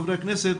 חברי הכנסת.